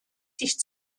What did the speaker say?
sich